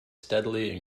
steadily